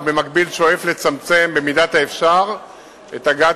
ובמקביל שואף לצמצם במידת האפשר את הגעת